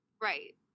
right